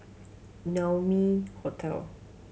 Naumi Hotel